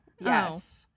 Yes